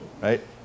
right